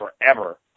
forever